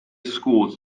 schools